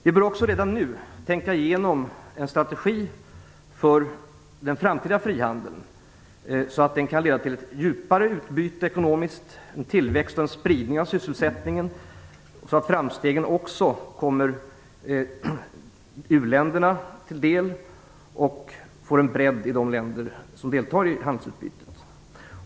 Vi bör också redan nu tänka igenom en strategi för den framtida frihandeln så att den kan leda till ett djupare ekonomiskt utbyte och en tillväxt och spridning av sysselsättningen, så att framstegen även kommer u-länderna till del och får en bredd i de länder som deltar i handelsutbytet.